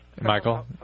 Michael